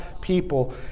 people